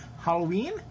Halloween